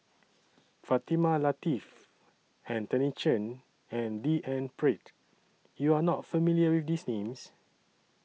Fatimah Lateef Anthony Chen and D N Pritt YOU Are not familiar with These Names